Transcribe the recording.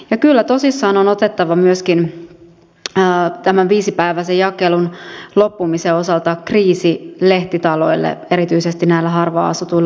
ja kyllä tosissaan on otettava myöskin tämän viisipäiväisen jakelun loppumisen osalta kriisi lehtitaloille erityisesti harvaan asutuilla alueilla